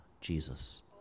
Jesus